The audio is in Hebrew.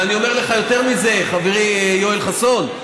ואני אומר לך יותר מזה, חברי יואל חסון: